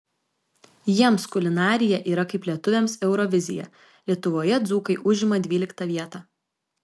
jiems kulinarija yra kaip lietuviams eurovizija lietuvoje dzūkai užima dvyliktą vietą